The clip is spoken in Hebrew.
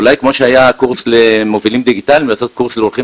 אולי כמו שהיה קורס למובילים דיגיטליים לעשות קורס לעורכים